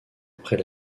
après